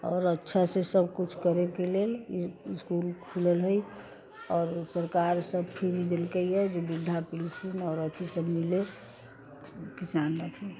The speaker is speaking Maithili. आओर अच्छासँ सभकिछु करयके लेल इस्कुल खुलल हइ आओर सरकार सभ फ्री देलकैए जे वृद्धा पेंसन आओर अथीसभ मिलय किसान अथी